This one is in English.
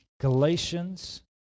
Galatians